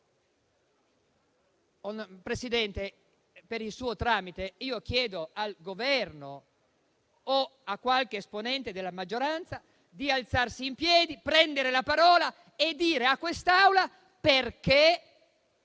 Presidente, per il suo tramite chiedo al Governo o a qualche esponente della maggioranza di alzarsi in piedi, di prendere la parola e di dire a quest'Aula perché